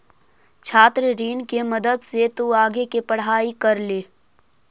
छात्र ऋण के मदद से तु आगे के पढ़ाई कर ले